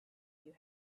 you